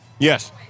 Yes